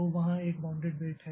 तो वहाँ एक बाउंडेड वेट है